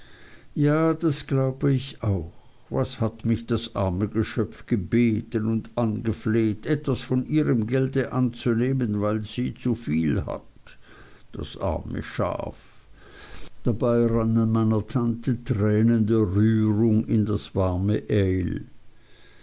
ja das glaube ich auch was hat mich das arme geschöpf gebeten und angefleht etwas von ihrem gelde anzunehmen weil sie zuviel hat das arme schaf dabei rannen meiner tante tränen der rührung in das warme